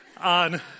on